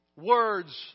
words